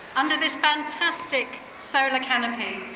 under this fantastic solar canopy.